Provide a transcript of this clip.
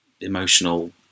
emotional